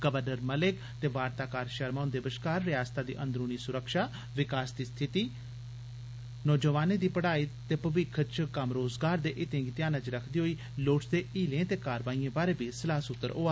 राज्यपाल मलिक ते वार्ताकार शर्मा हुंदे बश्कार रिआसतै दी सुरक्षा विकास दी स्थिति नौजुआनें दी पढ़ाई ते भविक्ख च कम्म रोजगार दे हिते गी ध्यानै च रखदे होई लोड़चदे हीलें ते कारवाइएं बारे बी सलाह सूत्र होआ